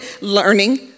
learning